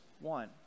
one